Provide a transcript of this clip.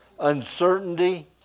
uncertainty